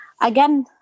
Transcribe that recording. again